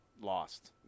lost